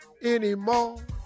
anymore